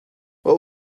what